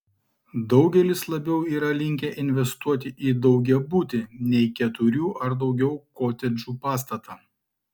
daugelis labiau yra linkę investuoti į daugiabutį nei keturių ar daugiau kotedžų pastatą